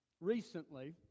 Recently